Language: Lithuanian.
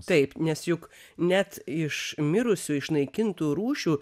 taip nes juk net iš mirusių išnaikintų rūšių